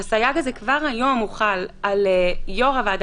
ש"הגבלה לפי תקנון הכנסת על קיום ישיבה של ועדה